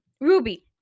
ruby